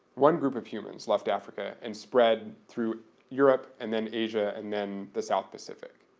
one group of humans left africa and spread through europe and then asia and then the south pacific.